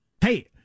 Hey